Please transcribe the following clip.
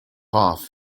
off